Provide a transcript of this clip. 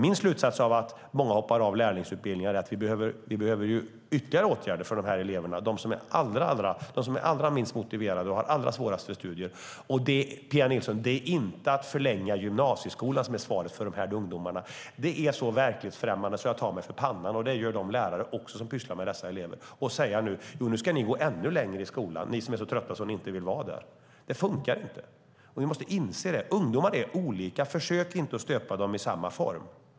Min slutsats av att många hoppar av lärlingsutbildningar är att vi behöver ytterligare åtgärder för de här eleverna - de som är allra minst motiverade och har allra svårast för studier. Det är inte att förlänga gymnasieskolan som är svaret för dessa ungdomar, Pia Nilsson. Det är så verklighetsfrämmande att jag tar mig för pannan. Det gör också de lärare som pysslar med dessa elever. Man kan inte säga: Nu ska ni gå ännu längre i skolan, ni som är så trötta att ni inte vill vara där! Det funkar inte, och det måste ni inse. Ungdomar är olika. Försök inte stöpa dem i samma form!